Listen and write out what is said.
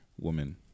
woman